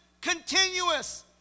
continuous